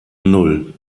nan